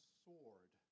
sword